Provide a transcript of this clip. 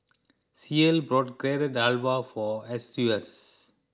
Ceil bought Carrot Halwa for Eustace